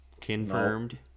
confirmed